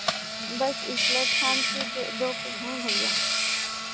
बस ई platform two पर दो पर हैं भैया